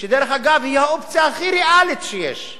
שדרך אגב, היא האופציה הכי ריאלית שיש,